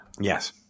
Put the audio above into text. Yes